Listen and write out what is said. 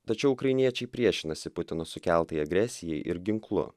tačiau ukrainiečiai priešinasi putino sukeltai agresijai ir ginklu